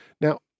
Now